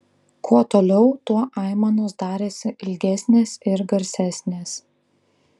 kuo toliau tuo aimanos darėsi ilgesnės ir garsesnės